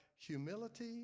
humility